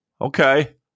okay